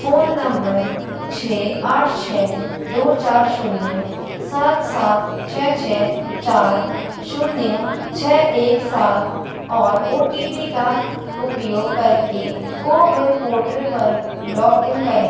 phone number छः आठ छः दो चार शून्य सात सात छः छः चार शून्य छः एक सात और ओ टी पी का उपयोग कर के कोविन पोर्टल पर लॉग इन करें